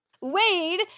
wade